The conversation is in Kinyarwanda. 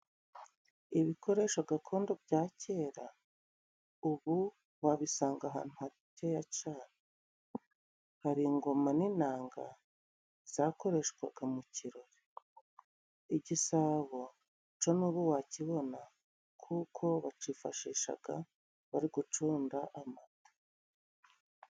Ibikoresho gakondo bya kera, ubu wabisanga ahantu haceyacane, hari ingoma n'inanga zakoreshwaga mu kirori, igisabo conubu wakibona kuko bakiyifashishaga bari gucunda amata.